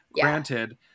Granted